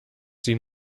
sie